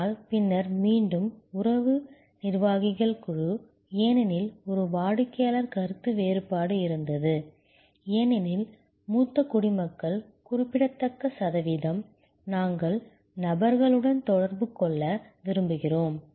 ஆனால் பின்னர் மீண்டும் உறவு நிர்வாகிகள் குழு ஏனெனில் ஒரு வாடிக்கையாளர் கருத்து வேறுபாடு இருந்தது ஏனெனில் மூத்த குடிமக்கள் குறிப்பிடத்தக்க சதவீதம் நாங்கள் நபர்களுடன் தொடர்பு கொள்ள விரும்புகிறோம்